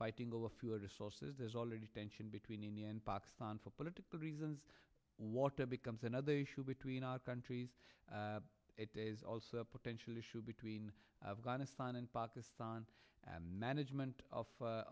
fighting over fewer resources there's already tension between india and pakistan for political reasons water becomes another issue between our countries it is also a potential issue between afghanistan and pakistan and management of